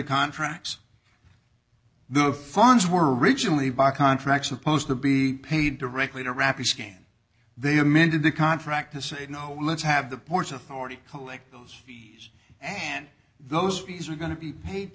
contracts the funds were originally by contract supposed to be paid directly to wrap each game they amended the contract to say no let's have the port authority collect those fees and those fees are going to be paid